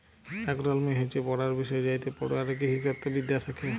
agronomy হচ্যে পড়ার বিষয় যাইতে পড়ুয়ারা কৃষিতত্ত্ব বিদ্যা শ্যাখে